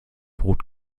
brot